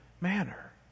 manner